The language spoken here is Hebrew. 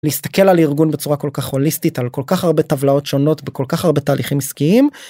להסתכל על ארגון בצורה כל כך הוליסטית על כל כך הרבה טבלאות שונות בכל כך הרבה תהליכים עסקיים.